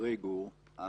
אנחנו